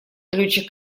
летчик